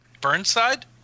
Burnside